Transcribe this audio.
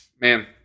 man